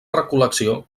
recol·lecció